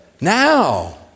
now